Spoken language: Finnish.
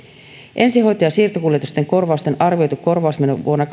ensihoito ja siirtokuljetusten korvausten arvioitu korvausmeno vuonna